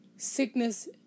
sickness